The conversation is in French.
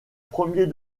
premier